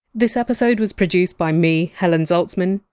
this episode was produced by me, helen zaltzman.